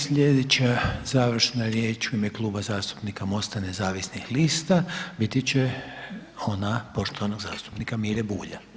Slijedeća završna riječ u ime Kluba zastupnika MOST-a nezavisnih lista biti će ona poštovanog zastupnika Mire Bulja.